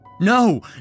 No